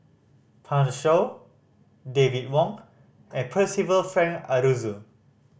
Pan Shou David Wong and Percival Frank Aroozoo